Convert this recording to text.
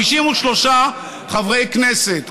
53 חברי כנסת,